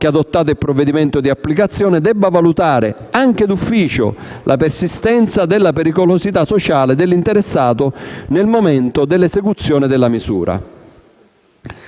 ha adottato il provvedimento di applicazione debba valutare, anche d'ufficio, la persistenza della pericolosità sociale dell'interessato nel momento dell'esecuzione della misura».